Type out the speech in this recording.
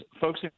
folks